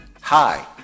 hi